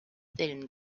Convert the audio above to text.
villen